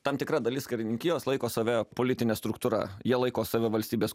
tam tikra dalis karininkijos laiko save politine struktūra jie laiko save valstybės